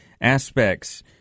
aspects